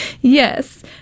Yes